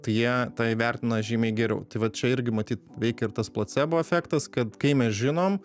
tai jie tai vertina žymiai geriau tai va čia irgi matyt veikia ir tas placebo efektas kad kai mes žinom